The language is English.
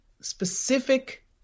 specific